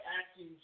acting